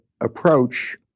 approach